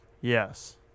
Yes